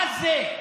מה זה?